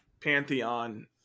pantheon